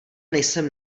nejsem